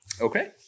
Okay